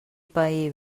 pair